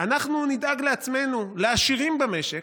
אנחנו נדאג לעצמנו, לעשירים במשק.